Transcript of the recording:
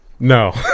No